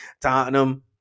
Tottenham